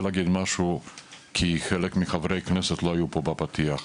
להגיד משהו כי חלק מחברי הכנסת לא היו פה בפתיח.